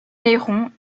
néron